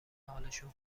حالشون